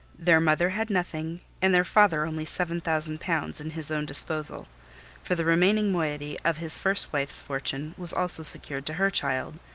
their mother had nothing, and their father only seven thousand pounds in his own disposal for the remaining moiety of his first wife's fortune was also secured to her child,